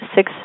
Six